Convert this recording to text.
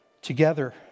Together